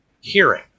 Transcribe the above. hearing